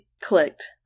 clicked